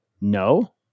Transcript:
no